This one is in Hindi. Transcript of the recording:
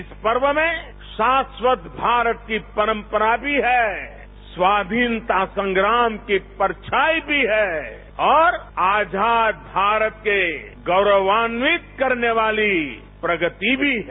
इस पर्व में शास्वत भारत की परंपरा भी है स्वाधीनता संग्राम की परछाई भी है और आजाद भारत के गौरवान्वित करने वाली प्रगति भी है